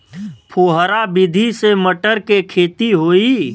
फुहरा विधि से मटर के खेती होई